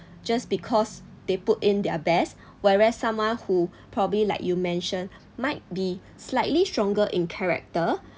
just because they put in their best whereas someone who probably like you mentioned might be slightly stronger in character